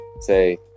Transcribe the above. Say